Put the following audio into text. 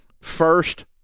first